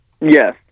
Yes